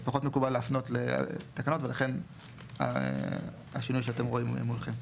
פחות מקובל להפנות לתקנות ולכן השינוי שאתם רואים מולכם.